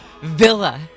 villa